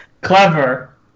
Clever